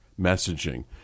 messaging